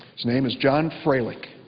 his name is john fraelich.